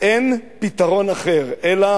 אין פתרון אחר, אלא